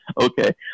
okay